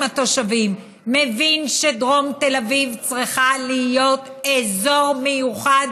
התושבים מבין שדרום תל אביב צריכה להיות אזור מיוחד,